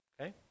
okay